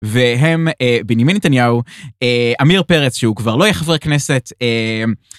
והם בנימין נתניהו, אמיר פרץ, שהוא כבר לא יהיה חבר כנסת.